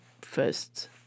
first